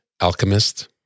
alchemist